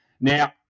Now